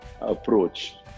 approach